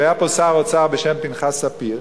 שהיה פה שר אוצר בשם פנחס ספיר,